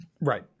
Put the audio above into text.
Right